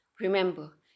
Remember